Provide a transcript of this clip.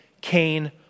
Cain